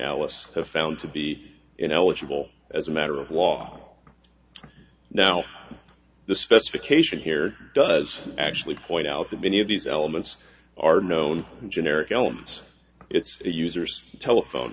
alice have found to be ineligible as a matter of law now the specification here does actually point out that many of these elements are known generic elements it's the user's telephone